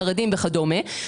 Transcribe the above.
חרדים וכדומה,